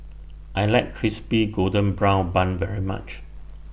I like Crispy Golden Brown Bun very much